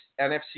NFC